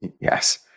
Yes